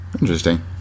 Interesting